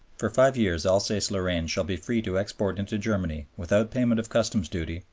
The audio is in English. for five years alsace-lorraine shall be free to export into germany, without payment of customs duty,